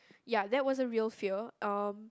ya that was a real fear um